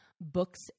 books